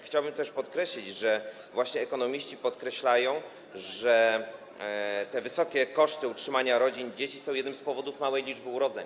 Chciałbym też podkreślić, że właśnie ekonomiści podkreślają, że wysokie koszty utrzymania rodzin i dzieci są jednym z powodów małej liczby urodzeń.